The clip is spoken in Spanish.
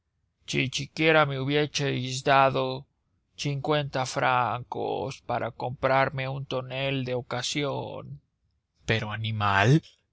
si siquiera me hubieseis dado cincuenta francos para comprarme un tonel de ocasión pero animal